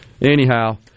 anyhow